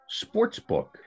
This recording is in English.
sportsbook